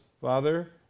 Father